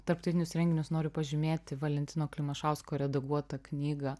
tarptautinius renginius noriu pažymėti valentino klimašausko redaguotą knygą